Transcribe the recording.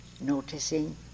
noticing